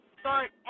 start